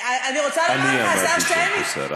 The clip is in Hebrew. אני אמרתי שאין פה שר.